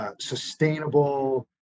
Sustainable